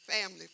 family